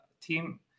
team